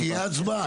תהיה הצבעה.